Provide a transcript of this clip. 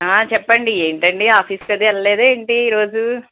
చెప్పండి ఏంటండి ఆఫీస్కదీ వెళ్ళలేదా ఏంటి ఈరోజు